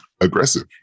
aggressive